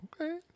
Okay